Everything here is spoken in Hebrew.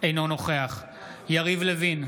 אינו נוכח יריב לוין,